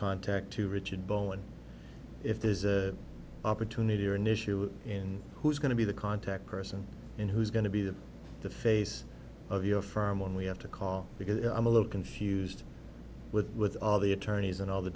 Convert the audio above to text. contact to richard bowen if there's a opportunity or an issue in who's going to be the context person in who's going to be the face of your firm when we have to call because i'm a little confused with with all the attorneys and all the